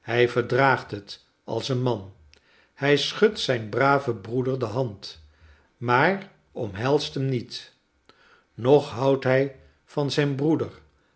hij verdraagt het als een man hij schudtzijnbraven broeder de hand maar omhelst hem niet nog houdt hi van zijn broeder